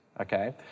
okay